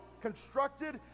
constructed